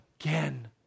again